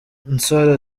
nsoro